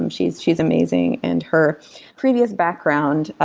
um she's she's amazing. and her previous background,